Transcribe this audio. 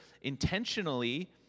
intentionally